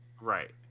Right